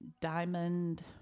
diamond